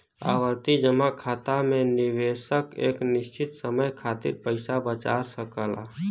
आवर्ती जमा खाता में निवेशक एक निश्चित समय खातिर पइसा बचा सकला